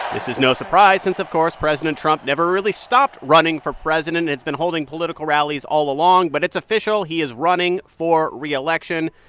this is no surprise since, of course, president trump never really stopped running for president, has been holding political rallies all along. but it's official. he is running for reelection.